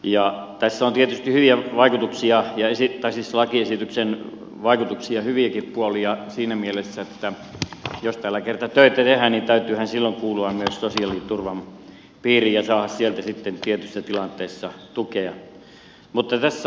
tässä on tietysti hyviä lakiesityksen vaikutuksia hyviäkin puolia siinä mielessä että jos täällä kerran töitä tehdään niin täytyyhän silloin kuulua myös sosiaaliturvan piiriin ja saada sieltä sitten tietyssä tilanteessa tukea